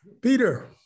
Peter